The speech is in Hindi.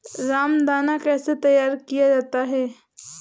रामदाना कैसे तैयार किया जाता है?